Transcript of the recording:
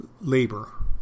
labor